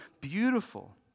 beautiful